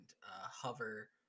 hover